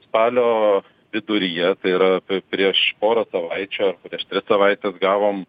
spalio viduryje tai yra prieš pora savaičių ar prieš tris savaites gavom